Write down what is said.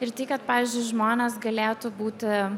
ir tai kad pavyzdžiui žmonės galėtų būti